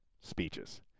speeches